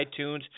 iTunes